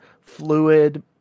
fluid